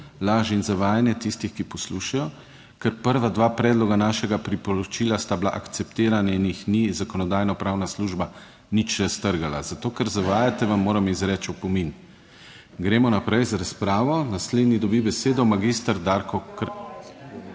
laž in zavajanje tistih, ki poslušajo. Ker prva dva predloga našega priporočila sta bila akceptirani in jih ni Zakonodajno-pravna služba nič raztrgala, zato ker zavajate, vam moram izreči opomin. Gremo naprej z razpravo, naslednji dobi besedo magister Darko…